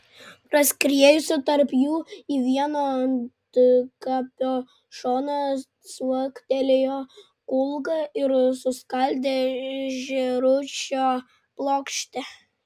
praskriejusi tarp jų į vieno antkapio šoną cvaktelėjo kulka ir suskaldė žėručio plokštę